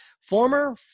former